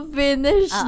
finish